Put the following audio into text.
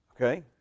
Okay